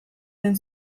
den